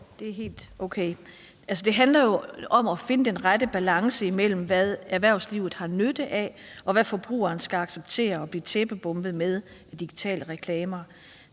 Det er helt okay. Altså, det handler jo om at finde den rette balance imellem, hvad erhvervslivet har nytte af, og hvad forbrugeren skal acceptere at blive tæppebombet med af digitale reklamer.